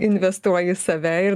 investuoji į save ir